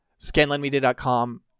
scanlandmedia.com